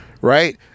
Right